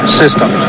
system